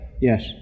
Yes